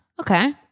Okay